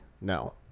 no